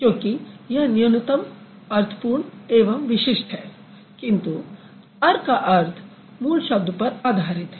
क्योंकि यह न्यूनतम अर्थपूर्ण एवं विशिष्ट है किन्तु अर का अर्थ मूल शब्द पर आधारित है